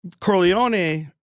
Corleone